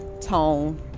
tone